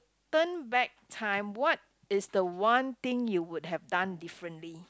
turn back time what is the one thing you would have done differently